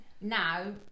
now